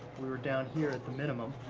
we're down here at the minimum.